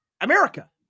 America